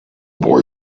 boy